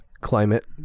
climate